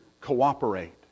cooperate